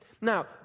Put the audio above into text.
Now